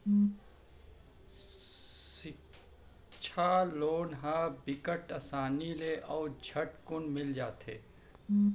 सिक्छा लोन ह बिकट असानी ले अउ झटकुन मिल जाथे